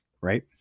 right